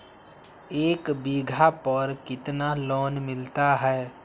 एक बीघा पर कितना लोन मिलता है?